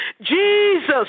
Jesus